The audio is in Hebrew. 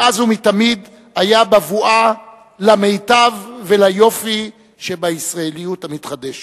מאז ומתמיד הוא היה בבואה למיטב וליופי שבישראליות המתחדשת.